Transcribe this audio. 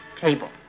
table